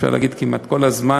אפשר להגיד כמעט כל הזמן,